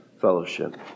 fellowship